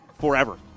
forever